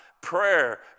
prayer